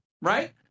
Right